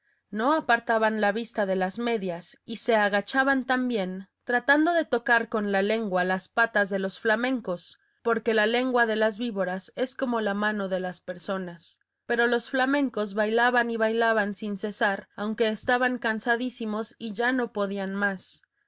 no apartaban la vista de las medias y se agachaban también tratando de tocar con la lengua las patas de los flamencos porque la lengua de la víbora es como la mano de las personas pero los flamencos bailaban y bailaban sin cesar aunque estaban cansadísimos y ya no podían más